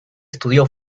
estudió